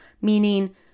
meaning